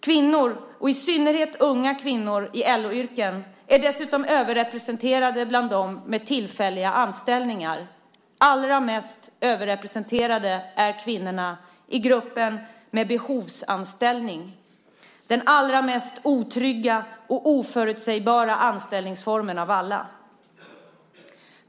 Kvinnor, och i synnerhet unga kvinnor i LO-yrken, är dessutom överrepresenterade bland dem med tillfälliga anställningar. Allra mest överrepresenterade är kvinnorna i gruppen med behovsanställning, den allra mest otrygga och oförutsägbara anställningsformen av alla.